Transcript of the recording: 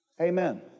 Amen